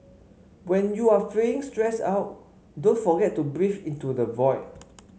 when you are feeling stressed out don't forget to breathe into the void